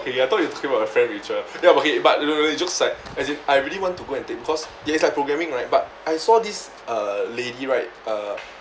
okay I thought you talking about your friend rachel ya but okay but no no really jokes aside as in I really want to go and take because yeah it's like programming right but I saw this uh lady right uh